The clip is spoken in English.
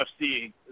UFC